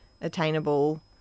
attainable –